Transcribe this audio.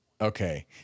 Okay